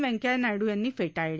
व्यंकय्या नायडू त्यांनी फेटाळली